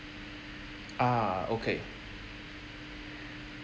ah okay